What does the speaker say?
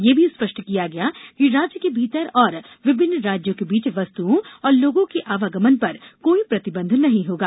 यह भी स्पष्ट किया गया कि राज्य के भीतर और विभिन्न राज्यों के बीच वस्तुओं और लोगों के आवागमन पर कोई प्रतिबंध नहीं होगा